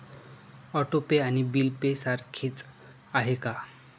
Auto pay आणि bill pay सारखेच आहे का?